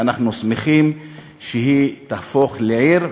ואנחנו שמחים שהיא תהפוך לעיר,